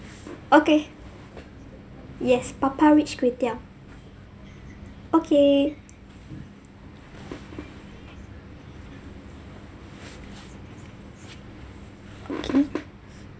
okay yes Papparich kway teow okay okay